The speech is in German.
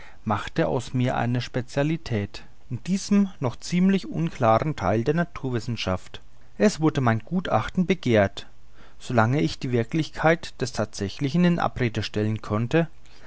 machte aus mir eine specialität in diesem noch ziemlich unklaren theil der naturwissenschaft es wurde mein gutachten begehrt so lange ich die wirklichkeit des thatsächlichen in abrede stellen konnte